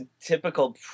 typical